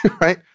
right